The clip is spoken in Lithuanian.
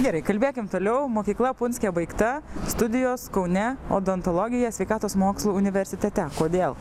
gerai kalbėkim toliau mokykla punske baigta studijos kaune odontologija sveikatos mokslų universitete kodėl